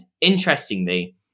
interestingly